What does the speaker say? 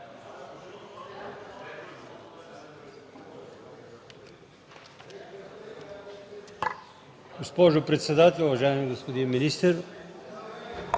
госпожо председател, уважаеми господин министър!